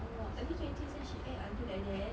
!wah! early twenties then she act until like that